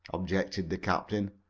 objected the captain.